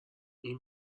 این